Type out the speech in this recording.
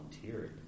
volunteered